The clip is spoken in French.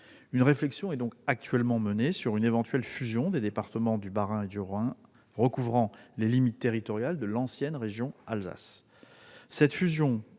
Une réflexion est donc actuellement menée sur une éventuelle fusion des départements du Bas-Rhin et du Haut-Rhin recouvrant les limites territoriales de l'ancienne région Alsace.